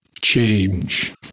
change